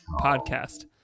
podcast